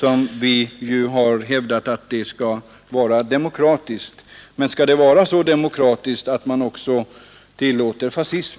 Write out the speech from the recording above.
Vi har ju hävdat att det skall vara ett demokratiskt samhälle, men skall det vara så demokratiskt att vi också tillåter fascism?